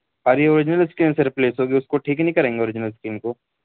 خالی original screen سے replace ہوگی اس کو ٹھیک نہیں کریں گے اوریجنل اسکرین کو